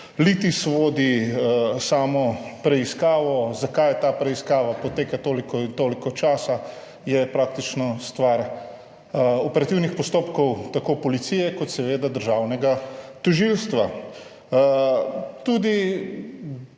litis vodi samo preiskavo. Zakaj ta preiskava poteka toliko in toliko časa, je praktično stvar operativnih postopkov tako policije kot seveda državnega tožilstva. Tudi